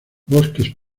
bosques